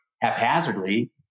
haphazardly